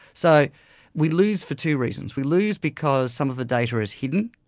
so we lose for two reasons. we lose because some of the data is hidden,